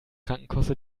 krankenkasse